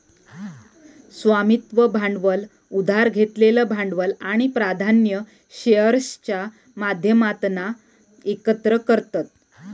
स्वामित्व भांडवल उधार घेतलेलं भांडवल आणि प्राधान्य शेअर्सच्या माध्यमातना एकत्र करतत